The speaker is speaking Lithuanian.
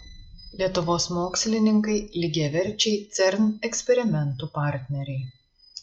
lietuvos mokslininkai lygiaverčiai cern eksperimentų partneriai